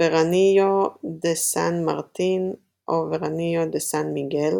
Veranillo de San Miguel או Veranillo de San Martín,